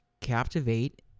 captivate